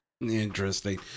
Interesting